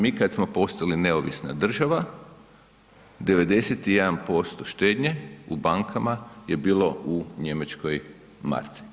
Mi kad smo postali neovisna država 91% štednje u bankama je bilo u njemačkoj marci.